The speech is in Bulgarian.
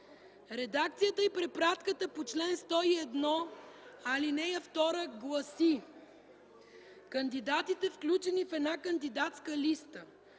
редакцията и препратката по чл. 101, ал. 2 гласи: „Кандидатите включени в една кандидатска листа